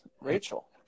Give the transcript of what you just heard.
Rachel